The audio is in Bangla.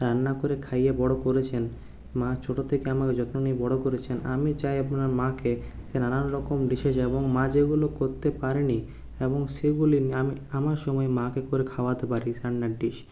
রান্না করে খাইয়ে বড় করেছেন মা ছোট থেকে আমাকে যত্ন নিয়ে বড় করেছেন আমি চাই আপনার মাকে যে নানান রকম ডিশেজ এবং মা যেগুলো করতে পারেনি এবং সেইগুলো আমি আমার সময় মাকে করে খাওয়াতে পারি রান্নার ডিশ